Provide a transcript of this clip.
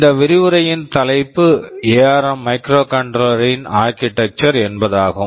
இந்த விரிவுரையின் தலைப்பு எஆர்ம் ARM மைக்ரோகண்ட்ரோலர் microcontroller ரின் ஆர்க்கிடெக்சர் architecture என்பதாகும்